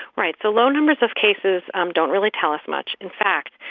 right. so low numbers of cases um don't really tell us much. in fact,